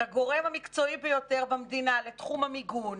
כגורם המקצועי ביותר במדינה לתחום המיגון,